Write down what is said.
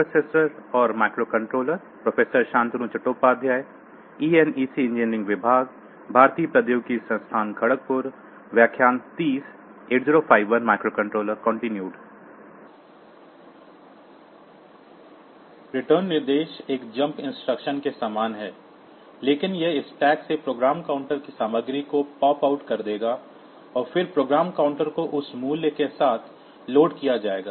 return निर्देश एक jump instruction के समान हैं लेकिन यह स्टैक से प्रोग्राम काउंटर की सामग्री को पॉप आउट कर देगा और फिर प्रोग्राम काउंटर को उस मूल्य के साथ लोड किया जाएगा